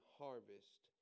harvest